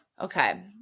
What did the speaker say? Okay